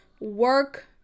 work